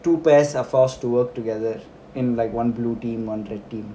two pairs are forced to work together in like one blue team one red team